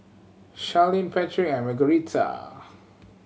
Sharlene Patric and Margueritta